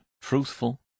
truthful